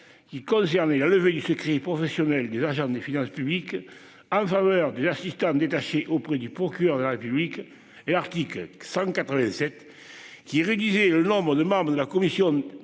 Qui concernaient la levée du secret professionnel, des agents des finances publiques en faveur des une détaché auprès du procureur de la République et l'article 187 qui réduisait le nombre de membres de la commission